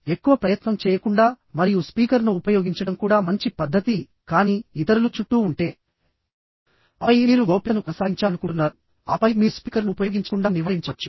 ఎక్కువ ప్రయత్నం చేయకుండా మరియు స్పీకర్ను ఉపయోగించడం కూడా మంచి పద్ధతికానీ ఇతరులు చుట్టూ ఉంటే ఆపై మీరు గోప్యతను కొనసాగించాలనుకుంటున్నారుఆపై మీరు స్పీకర్ను ఉపయోగించకుండా నివారించవచ్చు